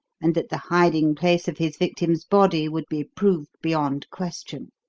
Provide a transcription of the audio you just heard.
and that the hiding-place of his victim's body would be proved beyond question.